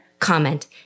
Comment